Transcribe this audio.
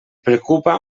preocupa